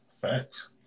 Facts